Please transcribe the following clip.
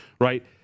right